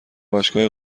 باشگاه